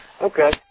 Okay